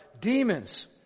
demons